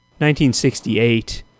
1968